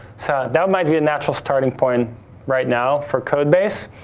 so, that might be a natural starting point right now for code base.